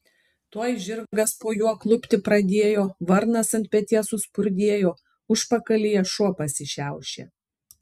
tuoj žirgas po juo klupti pradėjo varnas ant peties suspurdėjo užpakalyje šuo pasišiaušė